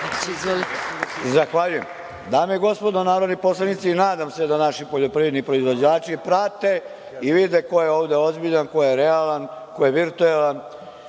Zahvaljujem. Dame i gospodo narodni poslanici, nadam se da naši poljoprivredni proizvođači prate i vide ko je ovde ozbiljan, ko je realan, ko je virtuelan